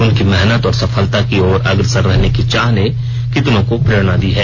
उनकी मेहनत और सफलता की ओर अग्रसर रहने की चाह ने कितनों को प्रेरणा दी है